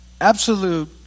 absolute